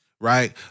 Right